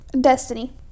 Destiny